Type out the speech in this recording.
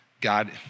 God